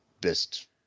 best –